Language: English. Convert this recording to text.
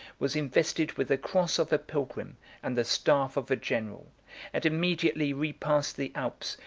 was invested with the cross of a pilgrim and the staff of a general and immediately repassed the alps,